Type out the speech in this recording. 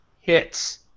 hits